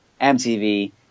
MTV